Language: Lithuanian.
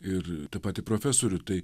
ir tą patį profesorių tai